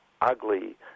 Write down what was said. ugly